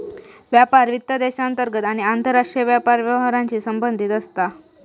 व्यापार वित्त देशांतर्गत आणि आंतरराष्ट्रीय व्यापार व्यवहारांशी संबंधित असता